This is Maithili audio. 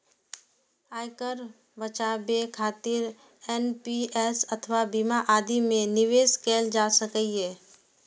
आयकर बचाबै खातिर एन.पी.एस अथवा बीमा आदि मे निवेश कैल जा सकैए